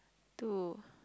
two